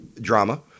drama